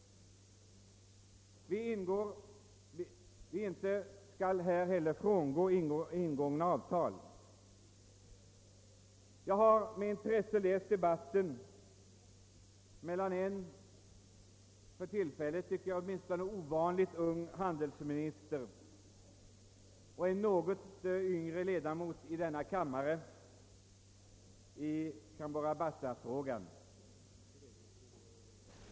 Men vi skall alltså inte frångå träffade avtal. Jag har med intresse läst protokollet från debatten mellan en — som jag tycker — för tillfället ovanligt ung handelsminister och en ytterligare något yngre ledamot av denna kammare rörande Cabora Bassa-frågan.